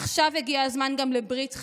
ועכשיו הגיע הזמן גם לברית חיים.